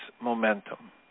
Momentum